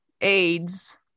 AIDS